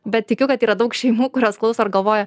bet tikiu kad yra daug šeimų kurios klauso ir galvoja